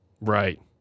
Right